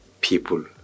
people